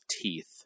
Teeth